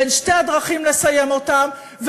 בין שתי הדרכים לסיים אותם,